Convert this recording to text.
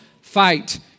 fight